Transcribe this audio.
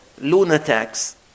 lunatics